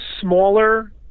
smaller